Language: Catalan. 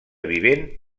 vivent